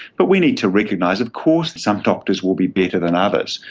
but we need to recognise of course some doctors will be better than others.